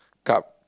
cup